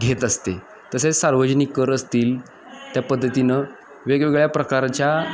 घेत असते तसेच सार्वजनिक कर असतील त्या पद्धतीनं वेगवेगळ्या प्रकारच्या